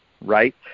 right